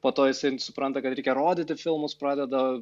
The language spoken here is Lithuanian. po to jisai supranta kad reikia rodyti filmus pradeda